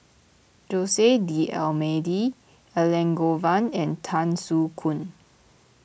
Jose D'Almeida Elangovan and Tan Soo Khoon